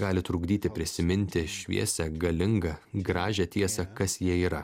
gali trukdyti prisiminti šviesią galingą gražią tiesą kas jie yra